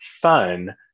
fun